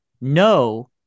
No